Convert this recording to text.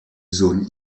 zones